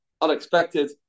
unexpected